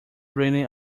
reading